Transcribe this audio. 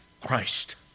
Christ